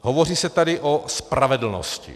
Hovoří se tady o spravedlnosti.